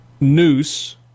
noose